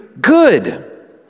good